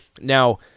Now